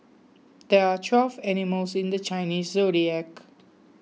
there are twelve animals in the Chinese zodiac